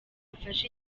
afashe